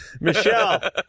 Michelle